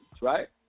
right